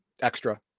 Extra